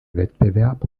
wettbewerb